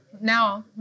Now